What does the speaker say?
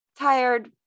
Tired